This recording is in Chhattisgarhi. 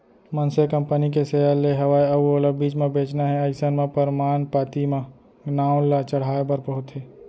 मनसे कंपनी के सेयर ले हवय अउ ओला बीच म बेंचना हे अइसन म परमान पाती म नांव ल चढ़हाय बर होथे